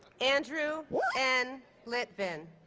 andrew n. litvin